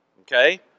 Okay